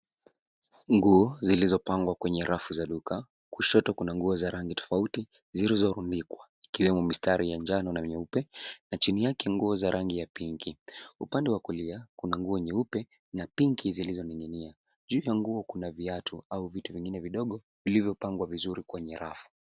Nguo zilizopangwa kwenye rafu za duka kushoto kuna nguo za rangi tofauti zilizoko ikiwemo mistari ya njano na nyeupe na timu yake nguo za rangi ya pinki ,upande wa kulia kuna nguo nyeupe na pinki zilizoning'inia juu ya nguo kuna viatu au vitu vingine vidogo vilivyopangwa vizuri kwenye rafu.